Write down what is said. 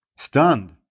stunned